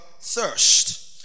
thirst